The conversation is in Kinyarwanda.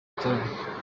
gitaramo